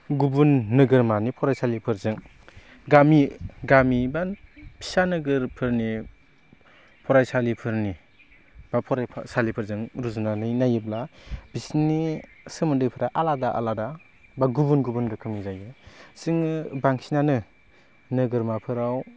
गुबुन नोगोरमानि फरायसालिफोरजों गामि गामि बा फिसा नोगोरफोरनि फरायसालिफोरनि बा फरायसालिफोरजों रुजुनानै नायोब्ला बिसिनि सोमोन्दोफ्रा आलादा आलादा बा गुबुन गुबुन रोखोमनि जायो जोङो बांसिनानो नोगोरमाफोराव